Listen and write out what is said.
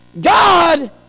God